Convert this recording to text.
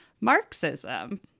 Marxism